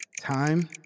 Time